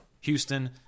Houston